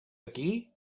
aquí